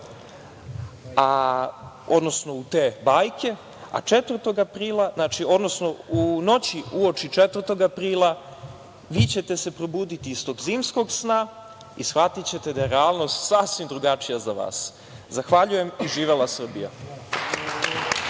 odnosno u te bajke, a 4. aprila, odnosno u noći uoči 4. aprila vi ćete se probuditi iz tog zimskog sna i shvatićete da je relanost sasvim drugačija za vas. Zahvaljujem i živela Srbija.